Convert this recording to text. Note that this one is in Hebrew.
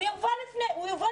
הוא יובא לפה.